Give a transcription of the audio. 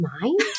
mind